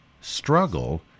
struggle